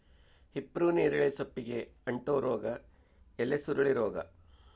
ಹಿಪ್ಪುನೇರಳೆ ಸೊಪ್ಪಿಗೆ ಅಂಟೋ ರೋಗ ಎಲೆಸುರುಳಿ ರೋಗ